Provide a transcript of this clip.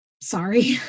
Sorry